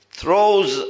throws